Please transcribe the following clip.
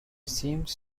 seems